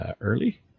early